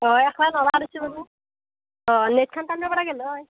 অঁ একলা নৰা দেচোঁ বাৰু অঁ নেটখন টানব' পৰা গেল হয়